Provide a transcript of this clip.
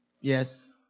Yes